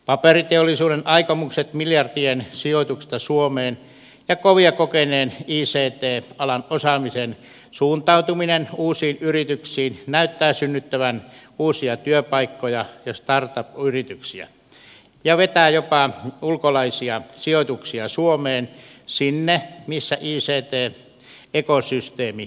paperiteollisuuden aikomukset miljardien sijoituksista suomeen ja kovia kokeneen ict alan osaamisen suuntautuminen uusiin yrityksiin näyttää synnyttävän uusia työpaikkoja ja startup yrityksiä ja vetää jopa ulkolaisia sijoituksia suomeen sinne missä ict ekosysteemi on kunnossa